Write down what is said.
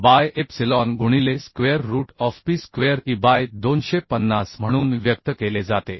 bye epsilon गुणिले square root of pi square e by 250 म्हणून व्यक्त केले जाते